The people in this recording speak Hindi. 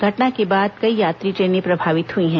घटना के बाद कई यात्री ट्रेनें प्रभावित हुई है